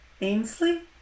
Ainsley